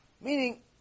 Meaning